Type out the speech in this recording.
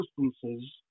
instances